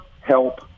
help